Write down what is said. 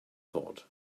thought